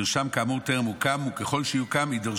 מרשם כאמור טרם הוקם, וככל שיוקם,